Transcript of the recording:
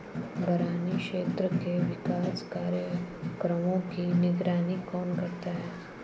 बरानी क्षेत्र के विकास कार्यक्रमों की निगरानी कौन करता है?